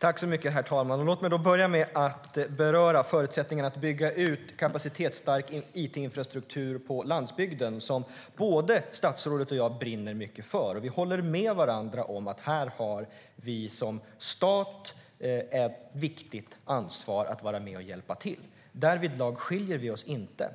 Herr talman! Låt mig börja med att beröra förutsättningarna att bygga ut kapacitetsstark it-infrastruktur på landsbygden, vilket både statsrådet och jag brinner mycket för. Vi håller med varandra om att här har vi som stat ett viktigt ansvar att vara med och hjälpa till. Därvidlag skiljer vi oss inte